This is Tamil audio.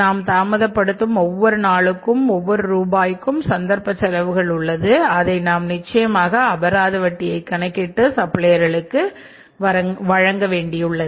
நாம் தாமதப் படுத்தவும் ஒவ்வொரு நாளுக்கும் ஒவ்வொரு ரூபாய்க்கும் சந்தர்ப்ப செலவுகள் உள்ளது அதை நாம் நிச்சயமாக அபராத வட்டியை கணக்கிட்டு சப்ளையர்க்கு வழங்க வேண்டியுள்ளது